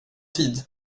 tid